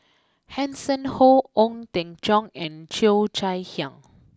Hanson Ho Ong Teng Cheong and Cheo Chai Hiang